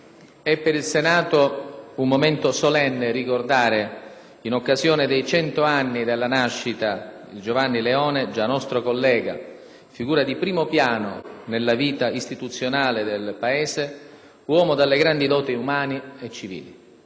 è per il Senato un momento solenne ricordare, in occasione dei cento anni dalla nascita, Giovanni Leone, già nostro collega, figura di primo piano nella vita istituzionale del Paese, uomo dalle grandi doti umane e civili.